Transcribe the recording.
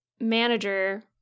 manager